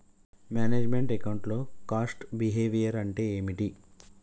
Manage meant account లో cost behaviour అంటే ఏమిటి?